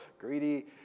greedy